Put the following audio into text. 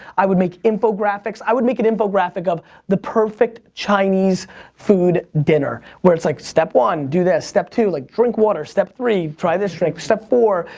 i would make infographics. i would make an infographic of the perfect chinese food dinner. where it's like, step one, do this. step two, like drink water. step three, try this trick. step four,